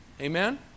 Amen